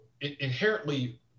inherently